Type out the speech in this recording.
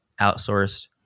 outsourced